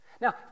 Now